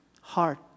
heart